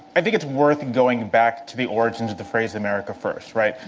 i think it's worth going back to the origins of the phrase, america first, right?